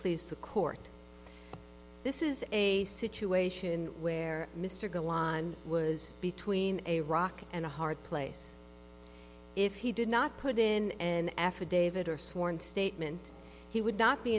please the court this is a situation where mr golan was between a rock and a hard place if he did not put in an affidavit or sworn statement he would not be